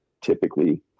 typically